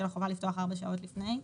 של החובה לפתוח ארבע שעות לפני.